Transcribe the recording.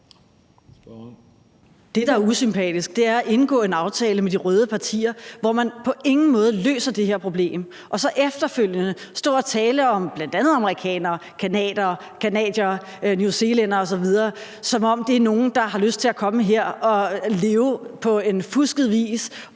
Det, der er usympatisk, er at indgå en aftale med de røde partier, hvor man på ingen måde løser det her problem, og så efterfølgende står og taler om bl.a. amerikanere, canadiere, newzealændere osv., som om det er nogle, der har lyst til at komme her og leve på en fusket vis,